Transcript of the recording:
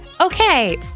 Okay